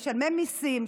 משלמי מיסים,